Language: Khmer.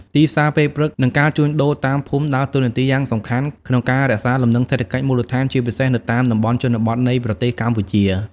ទីផ្សារពេលព្រឹក និងការជួញដូរតាមភូមិដើរតួនាទីយ៉ាងសំខាន់ក្នុងការរក្សាលំនឹងសេដ្ឋកិច្ចមូលដ្ឋាន ជាពិសេសនៅតាមតំបន់ជនបទនៃប្រទេសកម្ពុជា។